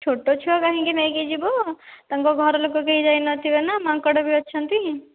ଛୋଟ ଛୁଆ କାହିଁକି ନେଇକି ଯିବ ତାଙ୍କ ଘର ଲୋକ କେହି ଯାଇନଥିବେ ନା ମାଙ୍କଡ଼ ବି ଅଛନ୍ତି